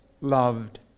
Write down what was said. loved